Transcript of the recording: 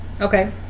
Okay